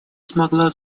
смогла